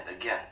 Again